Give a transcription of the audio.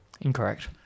Incorrect